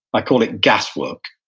i call it gas work,